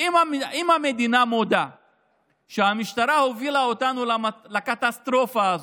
אם המדינה מודה שהמשטרה הובילה אותנו לקטסטרופה הזו,